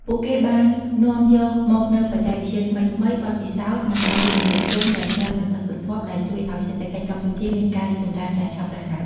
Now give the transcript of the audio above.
ពួកគេបាននាំយកមកនូវបច្ចេកវិទ្យាថ្មីៗ បទពិសោធន៍និងការវិនិយោគទុនយ៉ាងច្រើនសន្ធឹកសន្ធាប់ដែលជួយឱ្យសេដ្ឋកិច្ចកម្ពុជាមានការរីកចម្រើនយ៉ាងឆាប់រហ័ស។